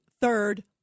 third